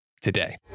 today